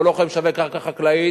אנחנו לא יכולים לשווק קרקע חקלאית,